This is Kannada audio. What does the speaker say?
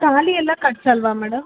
ತಾಳಿ ಎಲ್ಲ ಕಟ್ಸೊಲ್ಲವಾ ಮೇಡಮ್